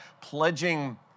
pledging